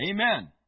Amen